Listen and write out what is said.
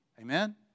Amen